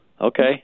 Okay